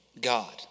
God